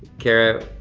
cara,